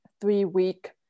three-week